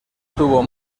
tuvo